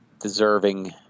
deserving